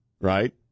right